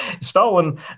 Stalin